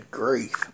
grief